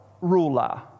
ruler